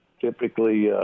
typically